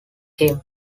him